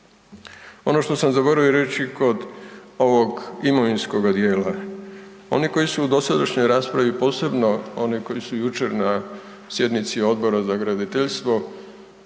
Ono što sam zaboravio reći kod ovog imovinskoga djela, oni koji su u dosadašnjoj raspravi posebno oni koji su jučer na sjednici Odbora za graditeljstvo